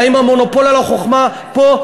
האם המונופול על החוכמה פה?